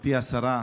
גברתי השרה,